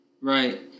Right